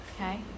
Okay